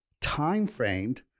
time-framed